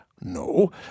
No